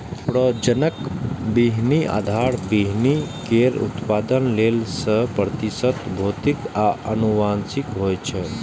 प्रजनक बीहनि आधार बीहनि केर उत्पादन लेल सय प्रतिशत भौतिक आ आनुवंशिक होइ छै